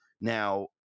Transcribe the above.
Now